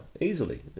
easily